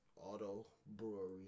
auto-brewery